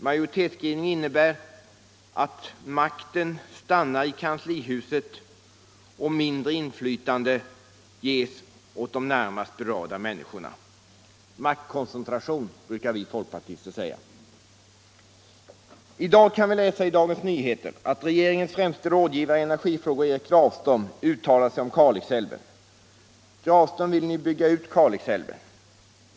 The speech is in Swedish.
Majoritetsskrivningen innebär att makten stannar i kanslihuset och att mindre inflytande ges de närmast berörda människorna. Maktkoncentration brukar vi folkpartister kalla det. I dag kan vi läsa i Dagens Nyheter att regeringens främste rådgivare i energifrågor, Erik Grafström, uttalat sig om Kalixälven. Grafström vill nu bygga ut Kalixälven.